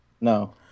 No